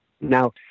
Now